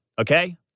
okay